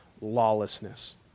lawlessness